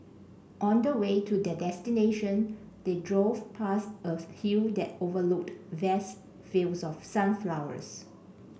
on the way to their destination they drove past a hill that overlooked vast fields of sunflowers